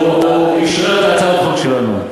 הוא אשרר את הצעת החוק שלנו.